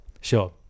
Sure